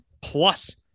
Plus